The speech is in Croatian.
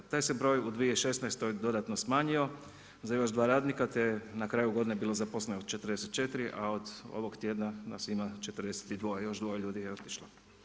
Taj se broj u 2016. dodatno smanjio za još dva radnika te je na kraju godine bilo zaposleno 44, a od ovog tjedna nas ima 42. još dvoje ljudi je otišlo.